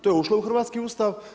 To je ušlo u hrvatski Ustav.